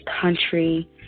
country